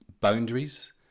boundaries